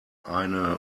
eine